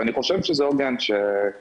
אני חושב שזה הוגן שישלמו,